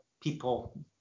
people